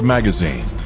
Magazine